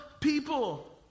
people